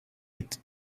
with